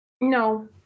No